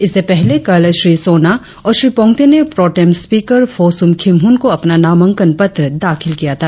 इससे पहले कल श्री सोना और श्री पोंगते ने प्रोटेम स्पीकर फोसुम खिमहुन को अपना नामांकन पत्र दाखिल किया था